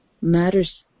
matters